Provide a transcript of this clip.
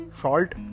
salt